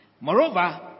Moreover